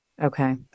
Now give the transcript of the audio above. okay